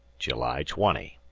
july twenty.